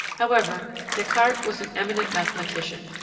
however, descartes was an eminent mathematician,